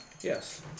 Yes